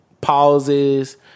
pauses